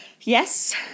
Yes